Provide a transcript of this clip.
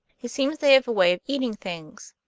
it seems they have a way of eating things.